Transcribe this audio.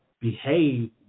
behave